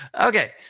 Okay